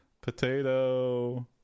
Potato